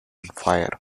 fire